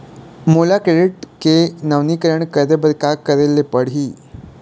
मोला क्रेडिट के नवीनीकरण करे बर का करे ले पड़ही?